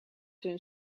hun